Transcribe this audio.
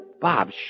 Bob